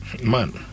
Man